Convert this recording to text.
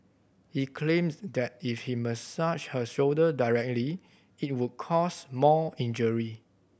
he claimed that if he massaged her shoulder directly it would cause more injury